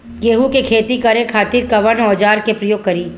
गेहूं के खेती करे खातिर कवन औजार के प्रयोग करी?